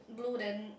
blue then